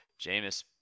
Jameis